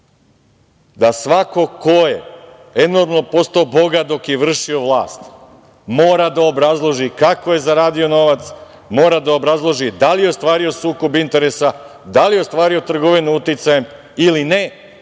da svako ko je enormno postao bogat dok je vršio vlast mora da obrazloži kako je zaradio novac, mora da obrazloži da li je ostvario sukob interesa, da li je ostvario trgovinu uticajem ili ne